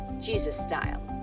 Jesus-style